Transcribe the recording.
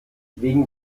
wegen